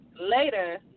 later